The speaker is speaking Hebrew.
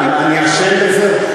אני אשם בזה?